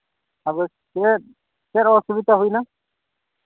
ᱟᱫᱚ ᱪᱮᱫ ᱪᱮᱫ ᱚᱥᱩᱵᱤᱫᱷᱟ ᱦᱩᱭᱱᱟ